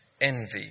envy